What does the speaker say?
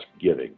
giving